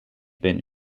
bin